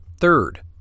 Third